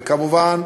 וכמובן,